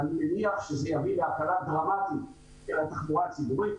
ואני מניח שזה יביא להקלה דרמטית של התחבורה הציבורית.